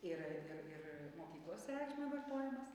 ir ir ir mokyklos reikšme vartojamas